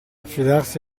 fidarsi